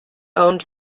owned